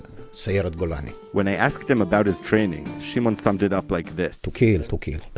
sayeret golani when i asked him about his training, shimon summed it up like this to kill, to kill,